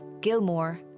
Gilmore